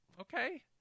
okay